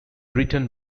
written